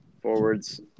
forwards